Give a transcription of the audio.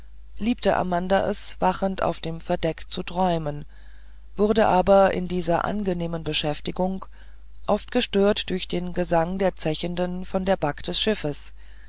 liebte amanda es wachend auf dem verdeck zu träumen wurde aber in dieser angenehmen beschäftigung oft gestört durch den gesang der zechenden von der back des schiffes